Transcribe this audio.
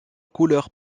couleur